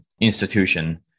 institution